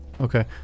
Okay